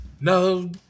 no